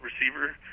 receiver